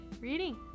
reading